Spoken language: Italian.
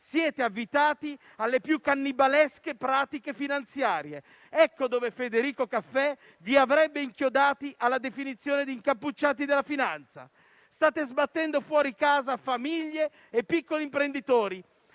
siete avvitati alle più cannibalesche pratiche finanziarie. Ecco dove Federico Caffè vi avrebbe inchiodati alla definizione di «incappucciati della finanza». State sbattendo fuori casa famiglie e piccoli imprenditori,